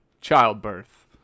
childbirth